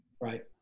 Right